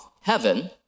heaven